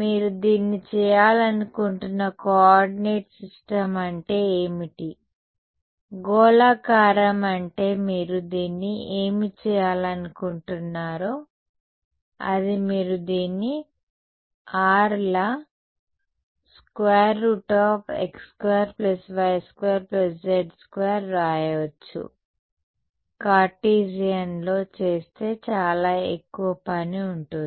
మీరు దీన్ని చేయాలనుకుంటున్న కోఆర్డినేట్ సిస్టమ్ అంటే ఏమిటి గోళాకారం అంటే మీరు దీన్ని ఏమి చేయాలనుకుంటున్నారో అది మీరు దీన్ని r లా x2 y2 z2 వ్రాయవచ్చు కార్టీసియన్ లో చేస్తే చాలా ఎక్కువ పని ఉంటుంది